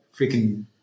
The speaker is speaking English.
freaking